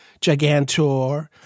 Gigantor